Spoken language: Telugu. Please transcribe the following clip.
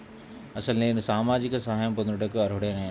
అసలు నేను సామాజిక సహాయం పొందుటకు అర్హుడనేన?